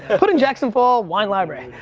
put in jackson fall wine library.